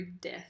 death